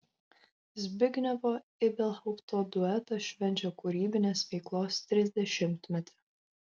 zbignevo ibelhaupto duetas švenčia kūrybinės veiklos trisdešimtmetį